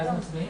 ואז מצביעים?